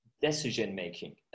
decision-making